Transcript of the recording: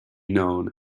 known